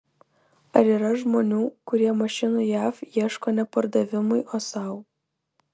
ar yra žmonių kurie mašinų jav ieško ne pardavimui o sau